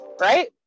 Right